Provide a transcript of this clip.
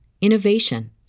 innovation